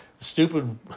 stupid